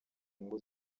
nyungu